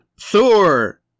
Thor